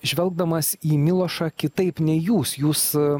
žvelgdamas į milošą kitaip nei jūs jūs